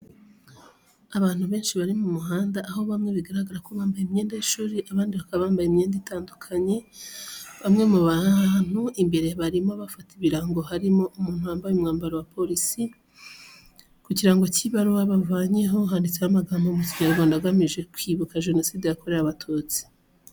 Abantu benshi bari mu muhanda aho bamwe bigaragara ko bambaye imyenda y'ishuri abandi bakaba bambaye imyenda itandukanye. Bamwe mu bantu imbere barimo bafata ibirango harimo umuntu wambaye umwambaro wa polisi. Ku kirango cy'ibaruwa bavanyeho, handitse amagambo mu Kinyarwanda agamije kwibuka Genocide yakorewe Abatutsi.